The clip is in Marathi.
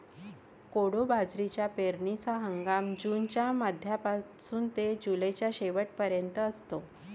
कोडो बाजरीचा पेरणीचा हंगाम जूनच्या मध्यापासून ते जुलैच्या शेवट पर्यंत असतो